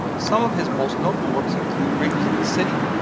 some of his most notable works include wrinkles of the city,